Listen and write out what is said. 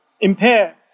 impair